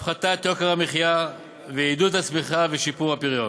הפחתת יוקר המחיה ועידוד הצמיחה ושיפור הפריון.